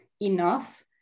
enough